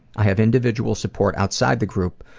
i have individual support outside the group,